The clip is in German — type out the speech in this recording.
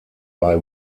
bei